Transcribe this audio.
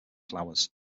flowers